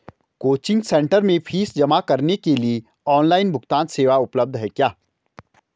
Coaching centre में fees जमा करने के लिए ऑनलाइन भुगतान सेवा उपलब्ध है क्या?